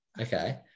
Okay